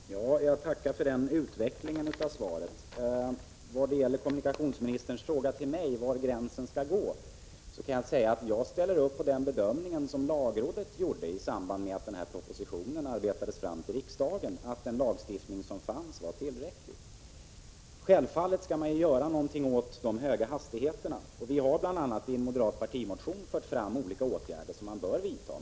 Herr talman! Jag tackar för den utvecklingen av svaret. Vad gäller kommunikationsministerns fråga till mig om var gränsen skall gå kan jag säga att jag ansluter mig till den bedömning som lagrådet gjorde i samband med att propositionen i fråga arbetades fram, nämligen att den lagstiftning som fanns var tillräcklig. Självfallet skall man göra någonting åt de höga hastigheterna. Bl.a. i en partimotion har vi moderater fört fram förslag till olika åtgärder som bör vidtas.